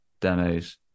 demos